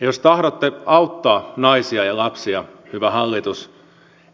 jos tahdotte auttaa naisia ja lapsia hyvä hallitus